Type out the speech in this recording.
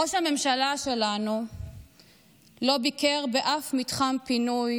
ראש הממשלה שלנו לא ביקר באף מתחם פינוי